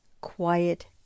quiet